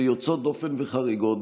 יוצאות דופן וחריגות,